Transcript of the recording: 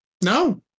no